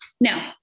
No